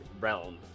realm